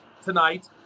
tonight